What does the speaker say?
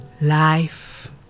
Life